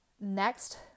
Next